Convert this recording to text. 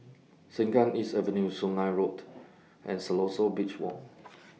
Sengkang East Avenue Sungei Road and Siloso Beach Walk